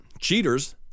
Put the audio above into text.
cheaters